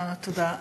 תודה.